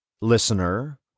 listener